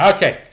Okay